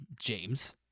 james